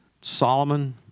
Solomon